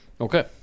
Okay